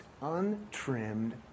untrimmed